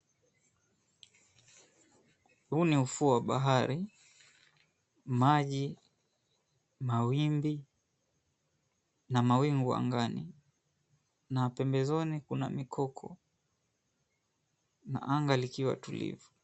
Huu ni ufuo wa bahari, maji, mawimbi na mawingu angani na pembezoni kuna mikoko na anga likiwa tulivu.